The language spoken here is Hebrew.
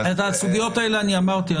אמרתי,